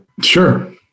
Sure